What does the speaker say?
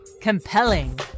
compelling